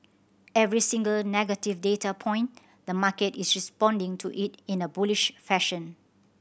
every single negative data point the market is responding to it in a bullish fashion